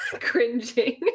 cringing